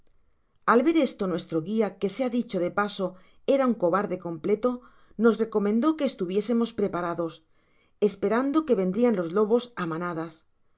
al ver esto nuestro guia que sea dicho de paso era un cobarde completo nos recomendó que estuviesemos preparados esperando que vendrian los lobos á manadas